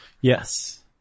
Yes